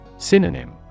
Synonym